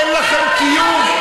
אין לכם קיום.